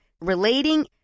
relating